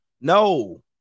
No